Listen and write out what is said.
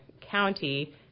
county